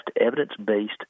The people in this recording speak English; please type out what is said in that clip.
evidence-based